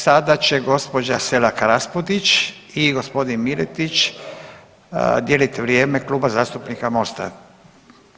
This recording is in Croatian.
Sada će gospođa Selak Raspudić i gospodin Miletić dijelit vrijeme Kluba zastupnika MOST-a.